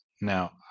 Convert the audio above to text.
Now